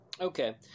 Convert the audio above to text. Okay